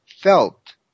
felt